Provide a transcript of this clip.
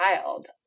child